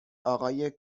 آقای